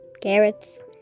carrots